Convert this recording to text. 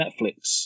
Netflix